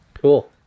cool